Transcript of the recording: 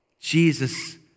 Jesus